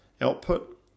output